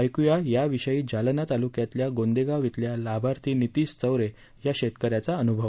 ऐकुया या विषयी जालना तालुक्यातल्या गोंदेगाव इथल्या लाभार्थी नितिश चौरे या शेतकऱ्याचा अनुभव